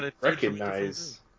recognize